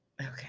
Okay